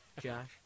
Josh